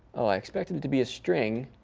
oh, i expect him to be a string.